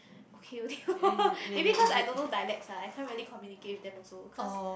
okay only lor maybe cause I don't know dialects ah I can't really communicate with them also cause